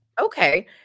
Okay